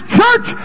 church